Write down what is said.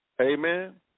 Amen